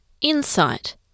insight